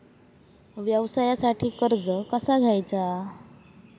व्यवसायासाठी कर्ज कसा घ्यायचा?